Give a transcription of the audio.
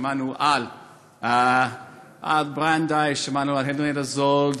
שמענו על ברנדייס ועל הנרייטה סאלד.